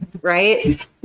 Right